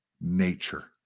nature